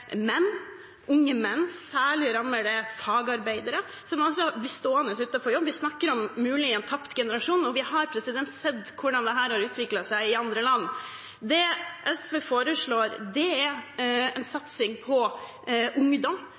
menn, særlig rammer det fagarbeidere, som blir stående utenfor jobb. Vi snakker muligens om en tapt generasjon, og vi har sett hvordan dette har utviklet seg i andre land. Det SV foreslår, er en satsing på ungdom